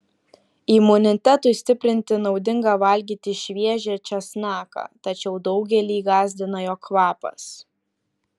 imunitetui stiprinti naudinga valgyti šviežią česnaką tačiau daugelį gąsdina jo kvapas